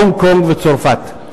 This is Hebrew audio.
הונג-קונג וצרפת.